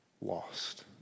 lost